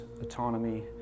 autonomy